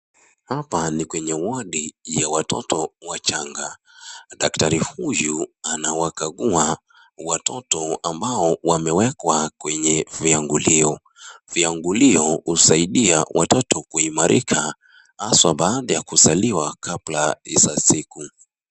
Hapa ni kwenye wadi ya watoto wachanga . Daktari huyu anawakagua watoto ambao wamewekwa kwenye viangulio . Viangulio husaidia watoto kuimarika haswa baada ya kuzaliwa kabla za siku.